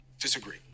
Disagree